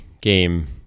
game